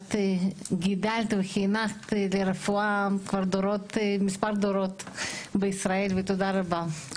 את גידלת וחינכת לרפואה מספר דורות בישראל ותודה רבה.